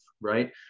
right